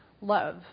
love